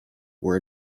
were